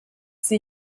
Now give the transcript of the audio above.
sie